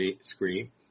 screen